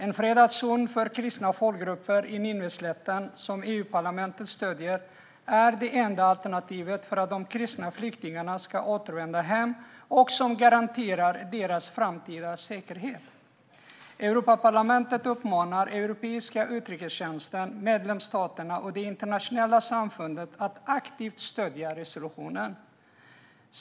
En fredad zon för kristna folkgrupper på Nineveslätten, som EU-parlamentet stöder, är det enda alternativet för att de kristna flyktingarna ska kunna återvända hem och det enda som garanterar deras framtida säkerhet. Europaparlamentet uppmanar Europeiska utrikestjänsten, medlemsstaterna och det internationella samfundet att aktivt stödja resolutionen.